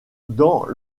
dans